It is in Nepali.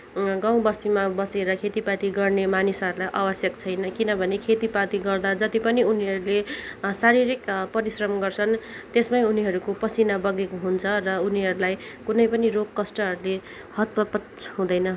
गाउँ बस्तीमा बसेर खेतीपाती गर्ने मानिसहरूलाई आवश्यक छैन किनभने खेतीपाती गर्दा जतिपनि उनीहरूले शारीरिक परिश्रम गर्छन् त्यसमै उनीहरूको पसिना बगेको हुन्छ र उनीहरूलाई कुनैपनि रोग कष्टहरूले हतपत छुँदैन